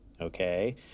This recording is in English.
Okay